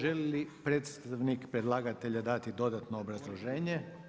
Želi li predstavnik predlagatelja dati dodatno obrazloženje?